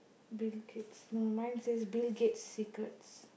Bill-Gates no mine says Bill-Gate's secrets